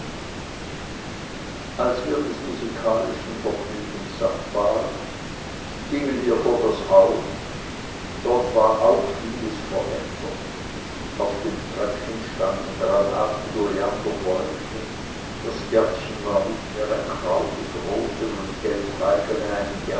als wir des musikalischen vergnügens satt waren gingen wir vor das haus dort war auch vieles verändert auf dem treppchen standen granat und oleanderbäumchen das gärtchen war nicht mehr ein krauses rosen und